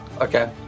okay